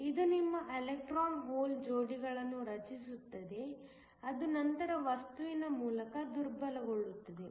ಇದು ನಿಮ್ಮ electron hole ಜೋಡಿಗಳನ್ನು ರಚಿಸುತ್ತದೆ ಅದು ನಂತರ ವಸ್ತುವಿನ ಮೂಲಕ ದುರ್ಬಲಗೊಳ್ಳುತ್ತದೆ